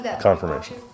Confirmation